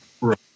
Right